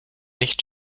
nicht